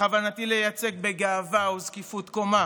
בכוונתי לייצג בגאווה וזקיפוּת קומה